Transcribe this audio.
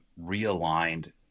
realigned